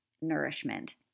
nourishment